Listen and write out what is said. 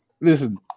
listen